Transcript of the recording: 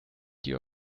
dir